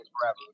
forever